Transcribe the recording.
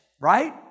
right